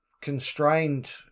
constrained